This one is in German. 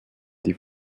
die